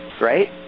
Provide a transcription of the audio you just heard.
right